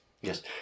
Yes